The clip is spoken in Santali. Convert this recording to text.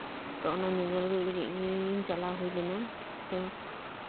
ᱛᱚ ᱚᱱᱟ ᱧᱮᱧᱮᱞ ᱞᱟᱹᱜᱤᱫ ᱜᱮ ᱪᱟᱞᱟᱣ ᱦᱩᱭ ᱞᱮᱱᱟ ᱛᱚ